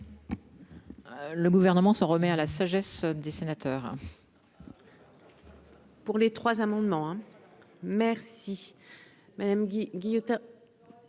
Le gouvernement s'remet à la sagesse des sénateurs.